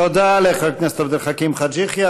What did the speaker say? תודה לחבר הכנסת עבד אל חכים חאג' יחיא.